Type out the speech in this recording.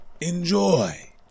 enjoy